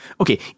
okay